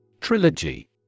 Trilogy